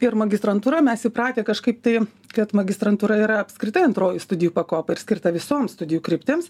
ir magistrantūra mes įpratę kažkaip tai kad magistrantūra yra apskritai antroji studijų pakopa ir skirta visoms studijų kryptims